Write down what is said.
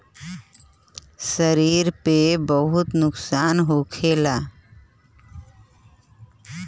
शरीर पे बहुत नुकसान होला